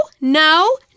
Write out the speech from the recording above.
no